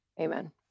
Amen